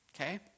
okay